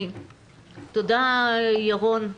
תודה, ירון,